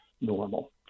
normal